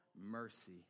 mercy